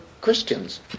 Christians